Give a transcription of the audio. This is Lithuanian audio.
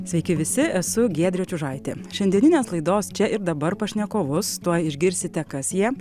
sveiki visi esu giedrė čiužaitė šiandieninės laidos čia ir dabar pašnekovus tuoj išgirsite kas jie